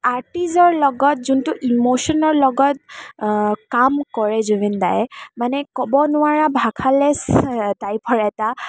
আৰ্টিষ্টৰ লগত যোনটো ইমশ্যনৰ লগত কাম কৰে জুবিন দায়ে মানে ক'ব নোৱাৰা ভাষা লেছ টাইপৰ এটা